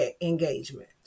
engagement